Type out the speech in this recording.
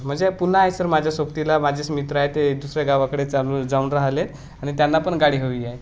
म्हणजे पुन्हा आहे सर माझ्या सोबतीला माझेच मित्रा आहे ते दुसऱ्या गावाकडे चाल जाऊन राहलेत आणि त्यांना पण गाडी हवीय